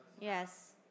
Yes